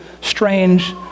strange